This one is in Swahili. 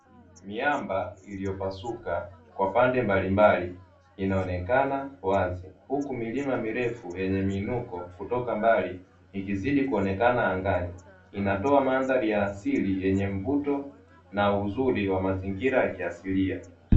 Miamba iliyopasuka kwa pande mbalimbali inaonekana wazi, huku milima mirefu yenye miinuko kutoka mbali ikizidi kuonekana angani. Inatoa mandhari ya asili yenye mvuto na uzuri wa mazingira ya kiasilia.